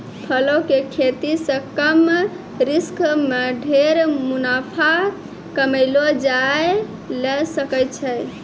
फलों के खेती सॅ कम रिस्क मॅ ढेर मुनाफा कमैलो जाय ल सकै छै